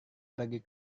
pergi